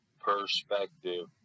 perspective